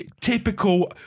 typical